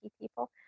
people